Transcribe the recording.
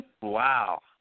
Wow